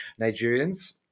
Nigerians